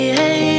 hey